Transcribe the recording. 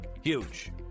Huge